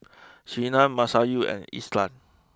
Surinam Masayu and Ishak